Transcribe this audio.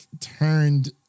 turned